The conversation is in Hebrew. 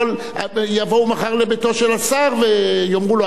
יבואו מחר לביתו של השר ויאמרו לו,